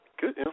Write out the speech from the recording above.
Good